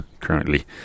currently